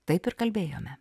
taip ir kalbėjome